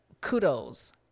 kudos